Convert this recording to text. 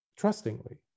Trustingly